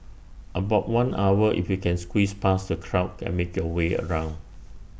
about one hour if you can squeeze past the crowd and make your way around